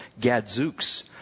Gadzooks